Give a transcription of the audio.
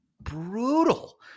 brutal